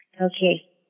Okay